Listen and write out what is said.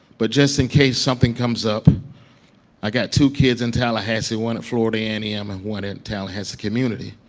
but just in case something comes up i got two kids in tallahassee, one at florida a and m and one at tallahassee community,